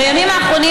בימים האחרונים,